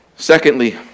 Secondly